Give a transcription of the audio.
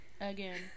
Again